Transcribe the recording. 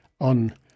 on